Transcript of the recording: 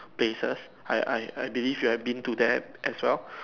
places I I I believe you have been to there as well